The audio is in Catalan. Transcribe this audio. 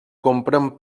comprèn